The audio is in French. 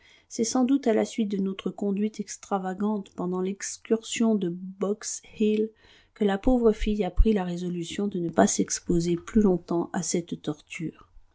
c'est sans doute à la suite de notre conduite extravagante pendant l'excursion de box hill que la pauvre fille a pris la résolution de ne pas s'exposer plus longtemps à cette torture